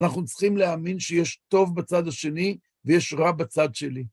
אנחנו צריכים להאמין שיש טוב בצד השני ויש רע בצד שלי.